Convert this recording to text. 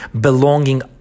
belonging